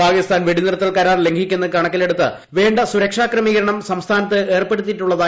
പാകിസ്ഥാൻ വെട്ടിനിർത്തൽ കരാർ ലംഘിക്കുന്നത് കണക്കിലെടുത്ത് വേണ്ട സുരക്ഷാ ക്രമീകരണം സംസ്ഥാനത്ത് ഏർപ്പെടുത്തിയിട്ടുള്ളത്